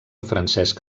francesc